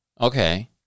okay